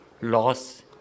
loss